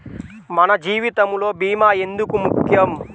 మన జీవితములో భీమా ఎందుకు ముఖ్యం?